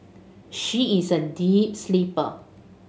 she is a deep sleeper